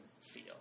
feel